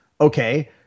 Okay